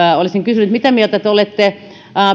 olisin kysynyt mitä mieltä te olette